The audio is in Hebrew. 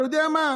אתה יודע מה,